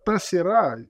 tas yra